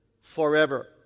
forever